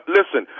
Listen